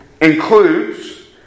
includes